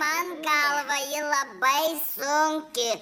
man galvą ji labai sunki